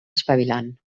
espavilant